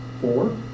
Four